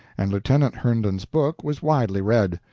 and lieutenant herndon's book was widely read.